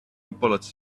bullets